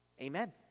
Amen